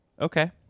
Okay